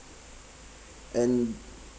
and